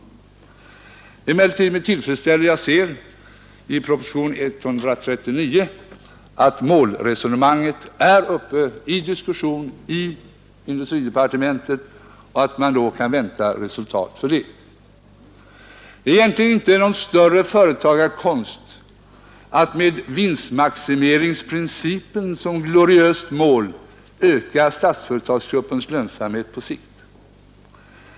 Det är emellertid med tillfredsställelse jag ser i proposition 139 att målresonemanget är uppe till diskussion i industridepartementet och att man alltså kan vänta resultat. Det är egentligen inte någon större företagarkonst att med vinstmaximeringsprincipen som gloriöst mål öka Statsföretagsgruppens lönsamhet på sikt.